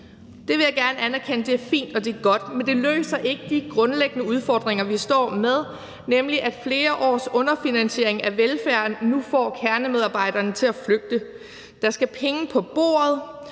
Det vil jeg gerne anerkende. Det er fint, og det er godt. Men det løser ikke de grundlæggende udfordringer, vi står med, nemlig at flere års underfinansiering af velfærden nu får kernemedarbejderne til at flygte. Der skal penge på bordet,